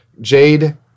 Jade